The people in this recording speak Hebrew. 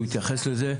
הוא יתייחס לזה,